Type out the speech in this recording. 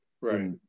right